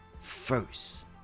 first